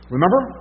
Remember